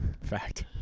Fact